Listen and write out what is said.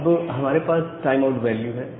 अब हमारे पास टाइम आउट वेल्यू है